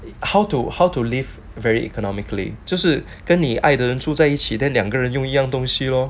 how to how to live very economically 就是跟你爱的人住在一起 then 两个人用一样东西 lor